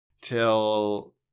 till